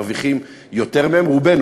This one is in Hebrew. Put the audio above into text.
מרוויחים יותר מהם רובנו,